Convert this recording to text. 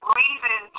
reason